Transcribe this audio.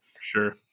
sure